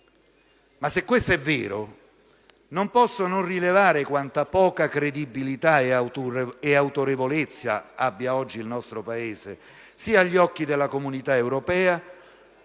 Ma se questo è vero, non posso non rilevare quanta poca credibilità ed autorevolezza abbia oggi il nostro Paese, sia agli occhi della Comunità europea,